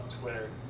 Twitter